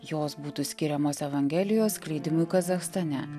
jos būtų skiriamos evangelijos skleidimui kazachstane